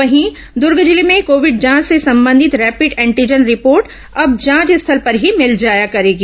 वहीं द्र्ग जिले में कोविड जांच से संबंधित रैपिड एंटीजन रिपोर्ट अब जांच स्थल पर ही मिल जाया करेगी